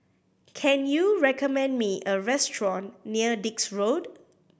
can you recommend me a restaurant near Dix Road